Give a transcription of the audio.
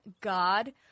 God